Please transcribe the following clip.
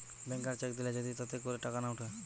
ব্যাংকার cheque দিলে যদি তাতে করে টাকা না উঠে